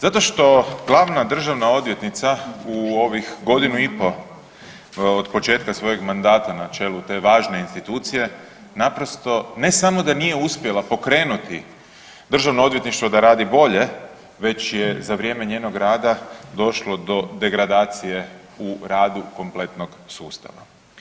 Zato što Glavna državna odvjetnica u ovih godinu i po od početka svojeg mandata na čelu te važne institucije naprosto ne samo da nije uspjela pokrenuti Državno odvjetništvo da radi bolje, već je za vrijeme njenog rada došlo do degradacije u radu kompletnog sustava.